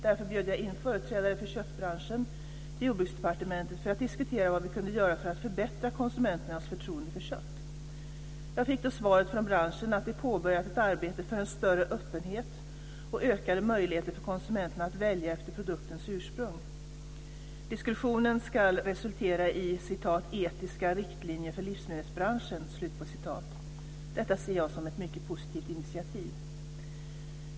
Därför bjöd jag in företrädare för köttbranschen till Jordbruksdepartementet för att diskutera vad vi kunde göra för att förbättra konsumenternas förtroende för kött. Jag fick då svaret från branschen att man påbörjat ett arbete för en större öppenhet och ökade möjligheter för konsumenterna att välja efter produktens ursprung. Diskussionerna ska resultera i "etiska riktlinjer för livsmedelsbranschen". Detta ser jag som ett mycket positivt initiativ.